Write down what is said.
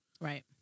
Right